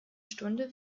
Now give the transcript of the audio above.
stunde